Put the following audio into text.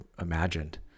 imagined